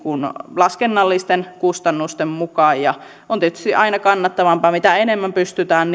laskennallisten kustannusten mukaan ja on tietysti aina kannattavampaa mitä enemmän pystytään